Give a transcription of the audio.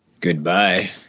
Goodbye